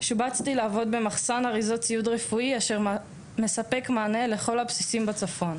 שובצתי לשרת במחסן אריזות ציוד רפואי אשר מספק מענה לכל הבסיסים בצפון.